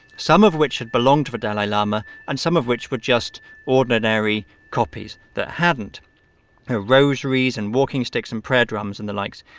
some of which had belonged to the dalai lama and some of which were just ordinary copies that hadn't rosaries and walking sticks and prayer drums and the likes.